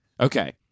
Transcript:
Okay